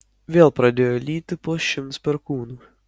vėl pradėjo lyti po šimts perkūnų